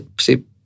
see